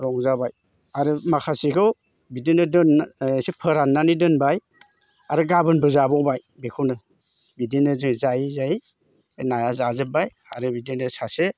रंजाबाय आरो माखासेखौ बिदिनो दोन एसे फोराननानै दोनबाय आरो गाबोनबो जाबावबाय बेखौनो बिदिनो जै जायै जायै बे नाया जाजोबबाय आरो बिदिनो सासे